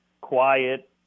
quiet